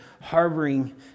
harboring